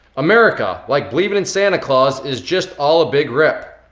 america, like believing in santa claus, is just all a big rip.